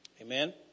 Amen